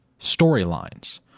storylines